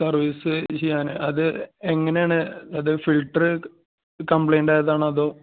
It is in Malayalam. സർവീസ് ചെയ്യാൻ അത് എങ്ങനെയാണ് അത് ഫിൽട്ടർ കംപ്ലൈൻറ് ആയതാണോ അതോ